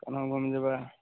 तऽ ने घुमि जेबै